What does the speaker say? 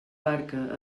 barca